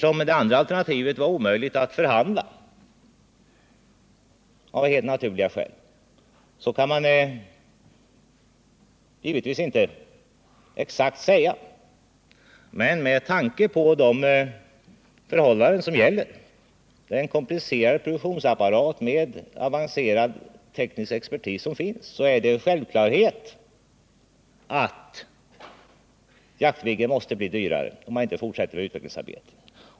am det andra alternativet av helt naturliga skäl var omöjligt att förhandla om, kan man givetvis inte exakt säga något om detta, men med tanke på de förhållanden som gäller med en komplicerad produktionsapparat och avancerad teknisk expertis är det en självklarhet att Jaktviggen måste bli dyrare, om man inte fortsätter utvecklingsarbetet.